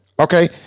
okay